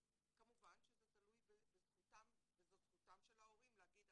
וזאת זכותם של ההורים להגיד,